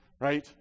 Right